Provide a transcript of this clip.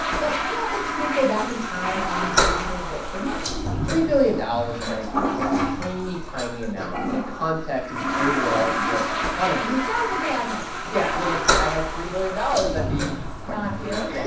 but, you know, they can't go back in time and do the work they missed three billion dollars, frankly, is a tiny, tiny amount in the context of the overall u s. economy it sounds like a lot of money yeah. i mean, if i had three billion dollars, i'd be quite happy not here.